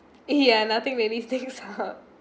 ya nothing really sticks out